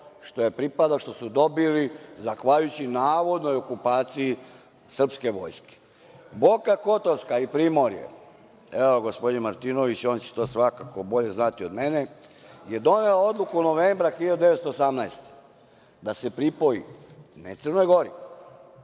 što je pripadalo, što su dobili zahvaljujući navodnoj okupaciji srpske vojske. Boka Kotorska i primorje, evo, gospodin Martinović, on će to svakako bolje znati od mene, je donela odluku novembra 1918. godine da se pripoji ne Crnoj Gori,